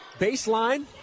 Baseline